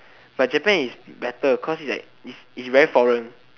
but Japan is like better cause it is like it's it's very foreign